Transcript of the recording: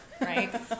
right